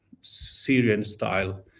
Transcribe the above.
Syrian-style